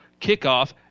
kickoff